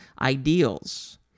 ideals